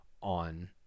on